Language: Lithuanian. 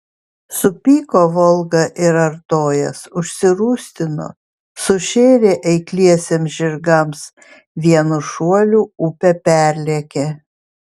supyko volga ir artojas užsirūstino sušėrė eikliesiems žirgams vienu šuoliu upę perlėkė